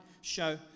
show